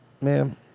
ma'am